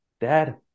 dad